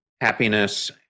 happiness